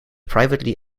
privately